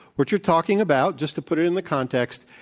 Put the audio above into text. what you're talking about, just to put it in the context,